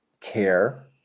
care